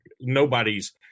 nobody's –